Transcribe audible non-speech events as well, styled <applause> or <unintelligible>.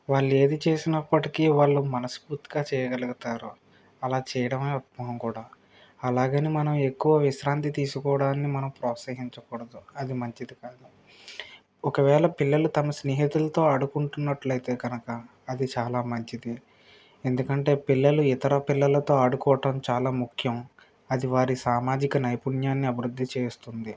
వాళ్ళు ఏది చేసినప్పటికీ వాళ్లు మనస్ఫూర్తిగా చేయగలుగుతారు అలా చేయడం <unintelligible> అలాగని మనం ఎక్కువ విశ్రాంతి తీసుకోవడాని మనం ప్రోత్సహించకూడదు అది మంచిది కాదు ఒకవేళ పిల్లలు తమ స్నేహితులతో ఆడుకుంటున్నట్లయితే కనుక అది చాలా మంచిది ఎందుకంటే పిల్లలు ఇతర పిల్లలతో ఆడుకోవటం చాలా ముఖ్యం అది వారి సామాజిక నైపుణ్యాన్ని అభివృద్ధి చేస్తుంది